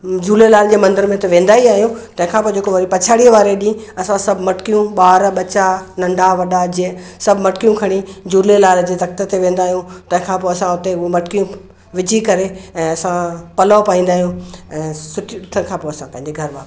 झूलेलाल जे मंदिर में त वेंदा ई आहियूं तंहिंखां पोइ जेको वरी पछाड़ीअ वारे ॾींहुं असां सभु मटकियूं ॿार बच्चा नंढा वढा जंहिं सभु मटकियूं खणी झूलेलाल जे तख़्त ते वेंदा आहियूं तंहिंखां पोइ असां हुते उहे मटकियूं विझी करे ऐं असां पलउ पाईंदा आयूं ऐं सुठियूं तंहिंखां पोइ असां पंहिंजे घरु वापसि ईंदा आहियूं